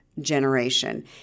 generation